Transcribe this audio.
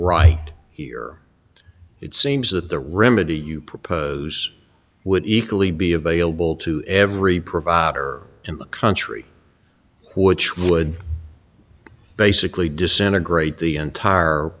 right here it seems that the remedy you propose would equally be available to every provider in the country which would basically disintegrate the entire